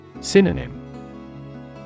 Synonym